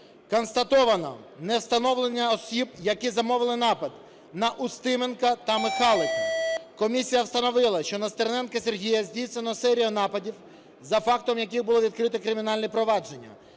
Констатовано невстановлення осіб, які замовили напад на Устименко та Михайлика. Комісія встановила, що на Стерненка Сергія здійснено серію нападів, за фактом яких було відкрито кримінальне провадження.